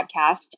podcast